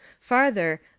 Farther